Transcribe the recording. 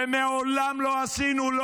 ומעולם לא עשינו הבדל,